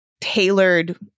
tailored